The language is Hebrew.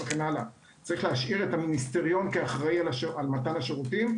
יש להשאיר את המיניסטריון כאחראי על מתן השירותים,